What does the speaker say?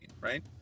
right